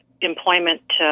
employment